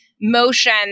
motion